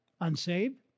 unsaved